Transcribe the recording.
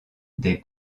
des